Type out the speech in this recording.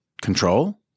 control